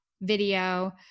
video